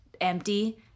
empty